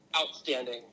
outstanding